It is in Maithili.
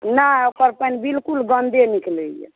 नहि ओकर पानि बिल्कुल गन्दे निकलैया